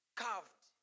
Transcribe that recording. carved